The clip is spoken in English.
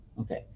Okay